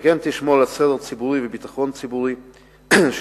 וכן תשמור על הסדר הציבורי וביטחון ציבור החוגגים,